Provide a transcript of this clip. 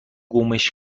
گمش